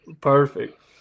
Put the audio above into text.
Perfect